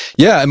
yeah. and